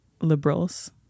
Liberals